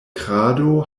krado